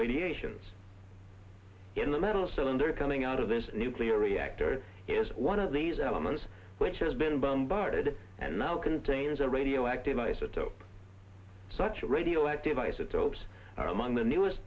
radiation in the metal cylinder coming out of this nuclear reactor is one of these elements which has been bombarded and now contains a radioactive isotope such a radioactive isotopes are among the newest